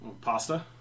Pasta